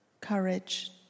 courage